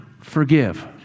forgive